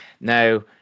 Now